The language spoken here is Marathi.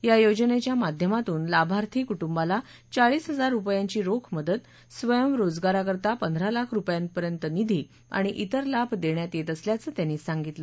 या योजनेच्या माध्यमातून लाभार्थी कुटुंबाला चाळीस हजार रुपयांची रोख मदत स्वयंरोजगाराकरता पंधरा लाख रुपयांपर्यंत निधी आणि इतर लाभ देण्यात येत असल्याचं त्यांनी सांगितलं